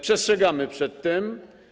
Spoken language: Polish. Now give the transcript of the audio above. Przestrzegamy przed tym.